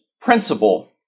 principle